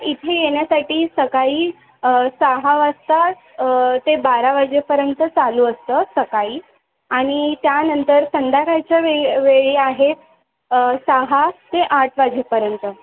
इथे येण्यासाठी सकाळी सहा वासतात ते बारा वाजेपर्यंत चालू असतं सकाळी आणि त्यानंतर संध्याकाळच्या वेळा वेळा आहेत सहा ते आठ वाजेपर्यंत